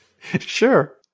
Sure